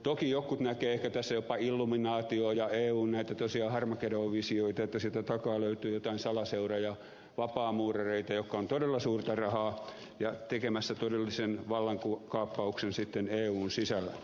toki jotkut näkevät ehkä tässä jopa illuminaation ja näitä eun harmageddon visioita että sieltä takaa löytyy joitain salaseuroja ja vapaamuurareita todella suurta rahaa tekemässä todellisen vallankaappauksen sitten eun sisällä